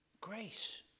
Grace